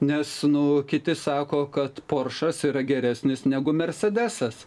nes nu kiti sako kad poršas yra geresnis negu mersedesas